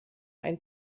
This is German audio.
ein